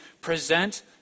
present